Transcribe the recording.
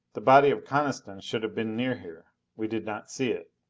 the body of coniston should have been near here. we did not see it.